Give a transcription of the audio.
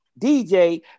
DJ